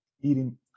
eating